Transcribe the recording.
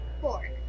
Four